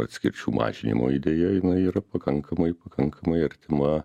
atskirčių mažinimo idėja jinai yra pakankamai pakankamai artima